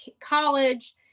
college